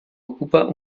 ocupa